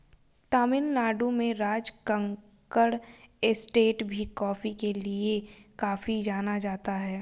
तमिल नाडु में राजकक्कड़ एस्टेट भी कॉफी के लिए काफी जाना जाता है